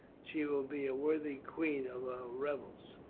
she will be a worthy queen of our revels.